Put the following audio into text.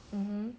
mmhmm